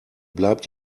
bleibt